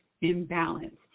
imbalance